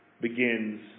begins